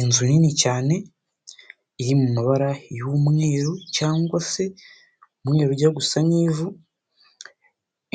Inzu nini cyane iri mu mabara y'umweru cyangwa se umweru ujya gusa nk'ivu